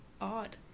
Odd